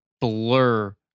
blur